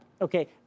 Okay